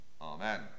Amen